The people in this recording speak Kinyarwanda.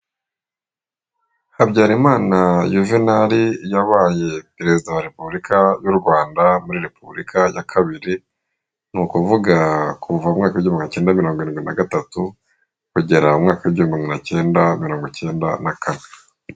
Habyarimana Juvenali yabaye perezida wa repubulika y'u Rwanda muri repubulika ya kabiri, ni ukuvuga kuva mu mwaka w'igihumbi magana cyenda mirongo irindwi na gatatu kugera mu mwaka w'igihumbi magana cyenda mirongo icyenda na kane.